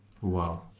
Wow